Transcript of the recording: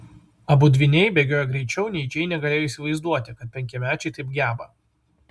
abu dvyniai bėgiojo greičiau nei džeinė galėjo įsivaizduoti kad penkiamečiai taip geba